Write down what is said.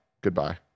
Goodbye